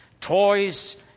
Toys